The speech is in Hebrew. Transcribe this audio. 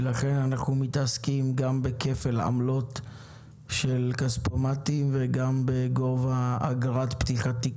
ולכן אנחנו מתעסקים גם בכפל עמלות של כספומטים וגם בגובה אגרת פתיחת תיק